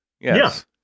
Yes